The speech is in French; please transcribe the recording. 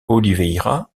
oliveira